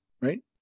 Right